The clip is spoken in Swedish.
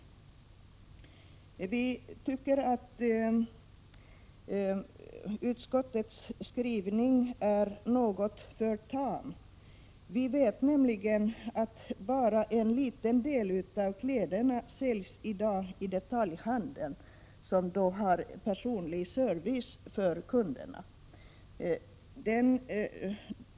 Vi tycker att utskottets skrivning är litet för tam. Vi vet nämligen att bara en liten del av kläderna i dag säljs i detaljhandeln, som har personlig service för kunderna.